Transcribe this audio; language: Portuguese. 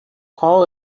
qual